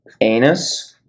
anus